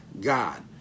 God